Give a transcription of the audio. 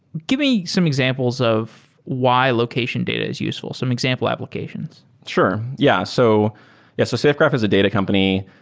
give me some examples of why location data is useful, some example applications. sure. yeah. so yeah so safegraph is a data company.